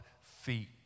feet